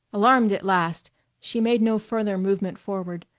alarmed at last she made no further movement forward,